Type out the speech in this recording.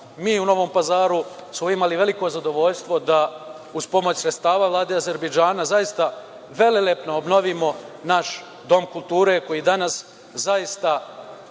u Novom Pazaru smo imali veliko zadovoljstvo da uz pomoć sredstava Vlade Azerbejdžana zaista velelepno obnovimo naš dom kulture koji danas zaista